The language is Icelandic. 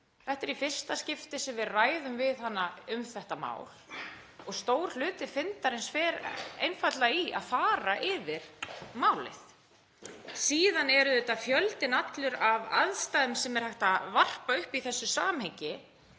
Þetta er í fyrsta skipti sem við ræðum við hana um þetta mál og stór hluti fundarins fer einfaldlega í að fara yfir málið. Síðan er auðvitað fjöldinn allur af aðstæðum sem er hægt að varpa upp í þessu samhengi.